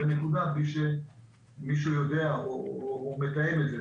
בלי שמישהו יודע או מתאם את זה.